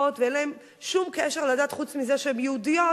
ואין להן שום קשר לדת חוץ מזה שהן יהודיות,